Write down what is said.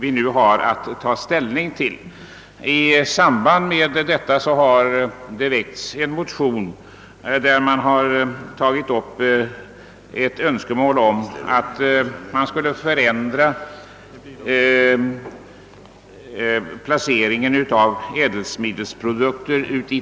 I samband härmed har väckts en motion, i vilken man tagit upp ett önskemål om att i tulltaxan förändra placeringen av ädelsmidesprodukter.